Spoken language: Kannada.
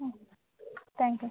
ಹ್ಞೂ ತ್ಯಾಂಕ್ ಯು